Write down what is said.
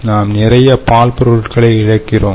நாம் நிறைய பால் பொருட்களை இழக்கிறோம்